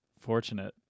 fortunate